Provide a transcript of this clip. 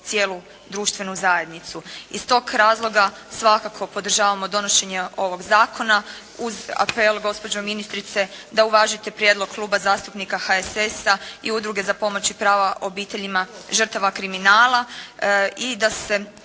cijelu društvenu zajednicu. Iz tog razloga svakako podržavamo donošenje ovog zakona uz apel gospođo ministrice, da uvažite prijedlog Kluba zastupnika HSS-a i Udruge za pomoć i prava obiteljima žrtava kriminala i da se